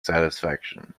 satisfaction